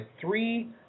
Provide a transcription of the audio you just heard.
three